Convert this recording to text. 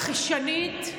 היא מכחישנית.